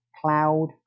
cloud